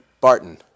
Barton